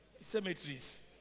cemeteries